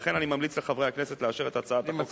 ולכן אני ממליץ לחברי הכנסת לאשר את הצעת החוק.